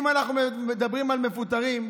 אם אנחנו מדברים על מפוטרים,